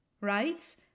right